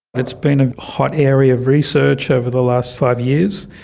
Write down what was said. it's been a hot area of research over the last five years.